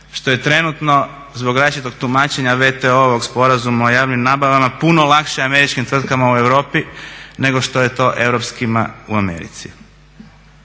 što je trenutno zbog različitog tumačenja WTO-ovog Sporazuma o javnim nabavama puno lakše američkim tvrtkama u Europi nego što je to europskima u Americi.